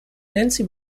nancy